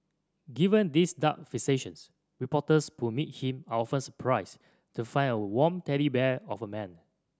given these dark fixations reporters who meet him are often surprised to find a warm teddy bear of a man